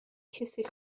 کسی